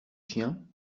chien